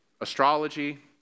astrology